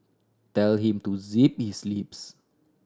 tell him to zip his lips